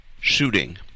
shooting